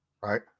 right